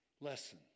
lesson